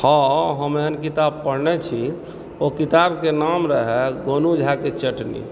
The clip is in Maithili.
हँ हम एहन किताब पढ़ने छी ओ किताबके नाम रहए गोनू झाके चटनी